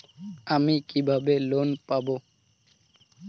আমি কিভাবে লোন পাব?